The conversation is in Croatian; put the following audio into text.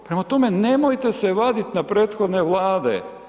Prema tome, nemojte se vadit na prethodne Vlade.